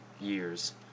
years